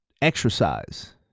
exercise